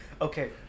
okay